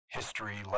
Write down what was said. history